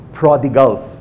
prodigals